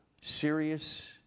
serious